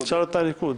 תשאל את הליכוד.